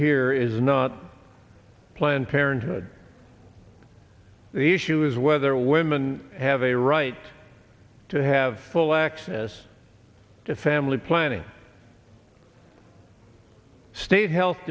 here is not planned parenthood the issue is whether women have a right to have full access to family planning state health